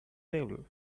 devil